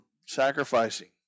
sacrificing